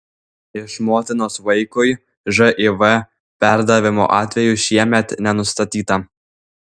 iš motinos vaikui živ perdavimo atvejų šiemet nenustatyta